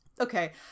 Okay